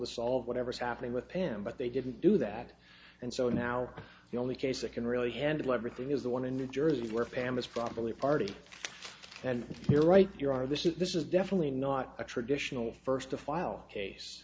to solve whatever's happening with him but they didn't do that and so now the only case that can really handle everything is the one in new jersey where pam is properly party and you're right you're out of this is this is definitely not a traditional first to file case